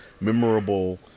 memorable